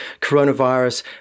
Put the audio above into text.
coronavirus